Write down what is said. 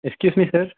excuse me sir